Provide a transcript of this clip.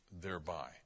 thereby